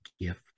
gift